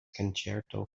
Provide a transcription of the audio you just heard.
concerto